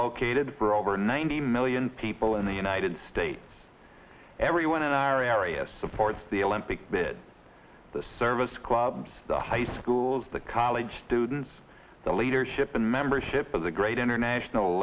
located for over ninety million people in the united states everyone in our area supports the olympic bid the service clubs the high schools the college students the leadership and membership of the great international